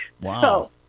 Wow